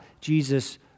Jesus